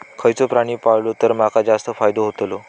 खयचो प्राणी पाळलो तर माका जास्त फायदो होतोलो?